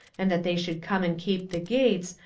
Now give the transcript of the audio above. and that they should come and keep the gates,